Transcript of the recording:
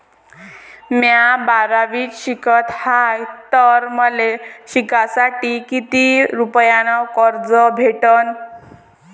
म्या बारावीत शिकत हाय तर मले शिकासाठी किती रुपयान कर्ज भेटन?